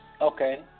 Okay